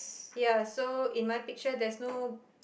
ya so in my picture there's no